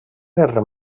guerra